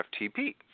FTP